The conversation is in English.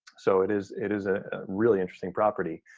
so it is it is a really interesting property.